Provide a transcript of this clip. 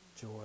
joy